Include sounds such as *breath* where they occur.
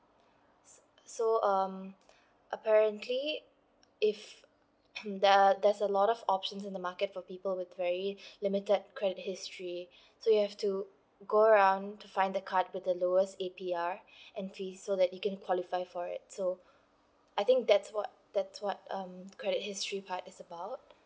s~ so um *breath* apparently if mm the there's a lot of options in the market for people with very *breath* limited credit history so you have to go around to find the card with the lowest A_P_R *breath* and fees so that you can qualify for it so I think that's what that's what um credit history part is about